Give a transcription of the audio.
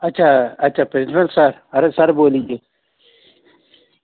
अच्छा अच्छा principal sir अरे सर बोलिए